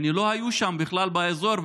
לא היו שם בכלל באזור,